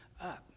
up